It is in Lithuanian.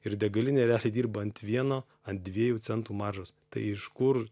ir degalinė realiai dirba ant vieno ant dviejų centų maržos tai iš kur